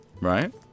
Right